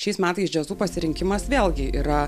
šiais metais džiazu pasirinkimas vėlgi yra